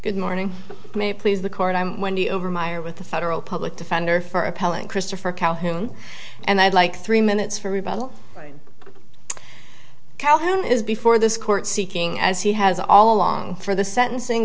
good morning may please the court i'm wendy over my are with the federal public defender for appellate christopher calhoun and i'd like three minutes for rebuttal calhoun is before this court seeking as he has all along for the sentencing